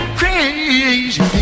crazy